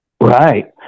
Right